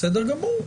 בסדר גמור,